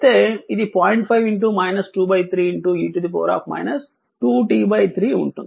5 2 3 e 2 t 3 ఉంటుంది